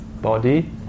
body